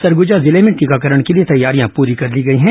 सरगुजा जिले में टीकाकरण के लिए तैयारियां पूरी कर ली गई हैं